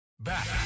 Back